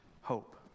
hope